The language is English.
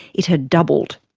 it had doubled.